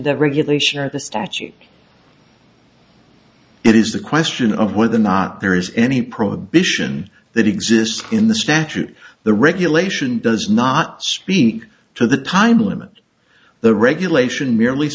the regulation or the statute it is a question of whether or not there is any prohibition that exists in the statute the regulation does not speak to the time limit the regulation merely